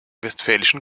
westfälischen